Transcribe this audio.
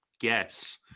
guess